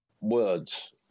words